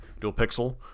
dual-pixel